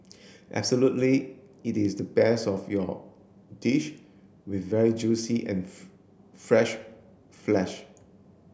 absolutely it is the best of your dish with very juicy and fresh flesh